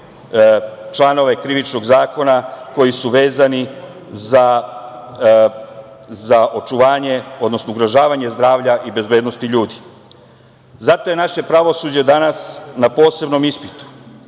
članove Krivičnog zakona, koji su vezani za očuvanje, odnosno ugrožavanje zdravlja i bezbednosti ljudi. Zato je naše pravosuđe danas na posebnom ispitu,